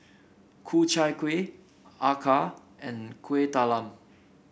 Ku Chai Kueh acar and Kuih Talam